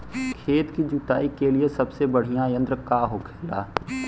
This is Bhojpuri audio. खेत की जुताई के लिए सबसे बढ़ियां यंत्र का होखेला?